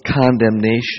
condemnation